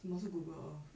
什么是 Google earth